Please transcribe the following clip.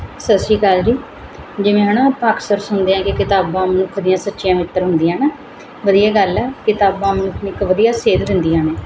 ਸਤਿ ਸ਼੍ਰੀ ਅਕਾਲ ਜੀ ਜਿਵੇਂ ਹੈ ਨਾ ਆਪਾਂ ਅਕਸਰ ਸੁਣਦੇ ਹਾਂ ਕਿ ਕਿਤਾਬਾਂ ਮਨੁੱਖ ਦੀਆਂ ਸੱਚੀਆਂ ਮਿੱਤਰ ਹੁੰਦੀਆਂ ਨਾ ਵਧੀਆ ਗੱਲ ਹੈ ਕਿਤਾਬਾਂ ਮਨੁੱਖ ਨੂੰ ਇੱਕ ਵਧੀਆ ਸੇਧ ਦਿੰਦੀਆਂ ਨੇ